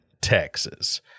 Texas